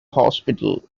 hospital